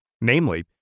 Namely